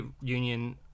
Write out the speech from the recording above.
union